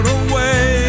away